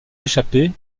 échapper